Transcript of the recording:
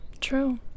True